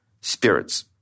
spirits